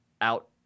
out